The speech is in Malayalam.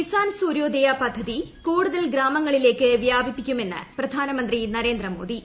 കിസാൻ സൂര്യോദയ പദ്ധതി കൂടുതൽ ഗ്രാമങ്ങളിലേക്ക് വ്യാപിപ്പിക്കുമെന്ന് പ്രധാനമന്ത്രി നരേന്ദ്രമോദി